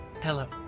Hello